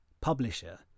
publisher